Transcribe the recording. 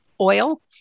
oil